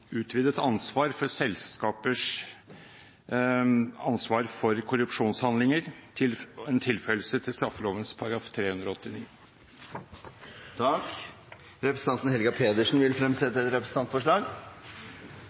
utvidet ansvar for selskapers ansvar for korrupsjonshandlinger, en tilføyelse til straffeloven § 389. Representanten Helga Pedersen vil